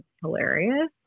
hilarious